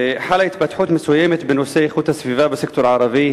חלה התפתחות מסוימת בנושא איכות הסביבה בסקטור הערבי,